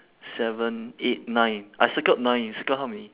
seven eight nine I circled nine you circled how many